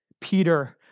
Peter